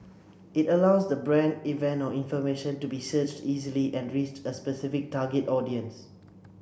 it allows the brand event or information to be searched easily and reach a specific target audience